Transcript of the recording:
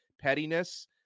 pettiness